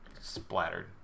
splattered